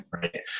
Right